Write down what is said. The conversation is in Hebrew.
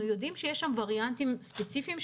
אנחנו יודעים שיש שם וריאנטים ספציפיים,